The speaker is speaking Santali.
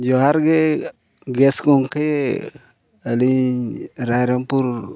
ᱡᱚᱦᱟᱨ ᱜᱮ ᱜᱚᱢᱠᱮ ᱟᱹᱞᱤᱧ ᱨᱟᱭᱨᱚᱝᱯᱩᱨ